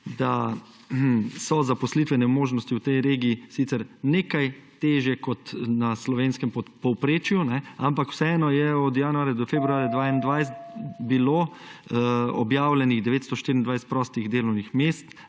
da so zaposlitvene možnosti v tej regiji sicer nekaj težje, kot je slovensko povprečje, ampak vseeno je od januarja do februarja 2020 bilo objavljenih 924 prostih delovnih mest,